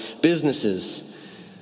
businesses